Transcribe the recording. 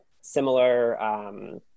similar